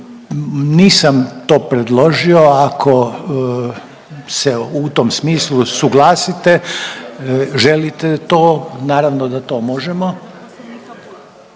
Nisam to predložio, ako se u tom smislu suglasite, želite to? Naravno da to možemo.